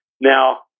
Now